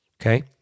okay